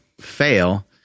fail